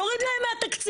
נוריד להם מהתקציב.